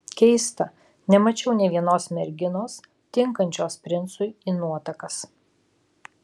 keista nemačiau nė vienos merginos tinkančios princui į nuotakas